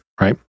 right